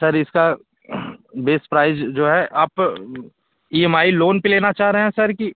sir इसका base price जो है आप ई एम आई लोन पर लेना चाह रहे हैं सर कि